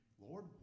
Lord